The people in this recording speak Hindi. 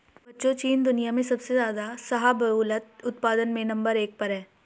बच्चों चीन दुनिया में सबसे ज्यादा शाहबूलत उत्पादन में नंबर एक पर है